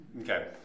Okay